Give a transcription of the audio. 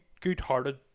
good-hearted